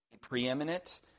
Preeminent